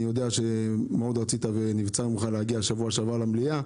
אני יודע שמאוד רצית ונבצר ממך להגיע בשבוע שעבר למליאה,